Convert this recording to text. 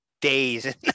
days